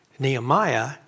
Nehemiah